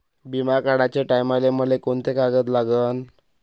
बिमा काढाचे टायमाले मले कोंते कागद लागन?